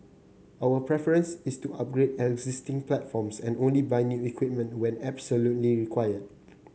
our preference is to upgrade existing platforms and only buy new equipment when absolutely required